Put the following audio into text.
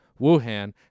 Wuhan